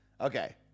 okay